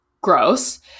gross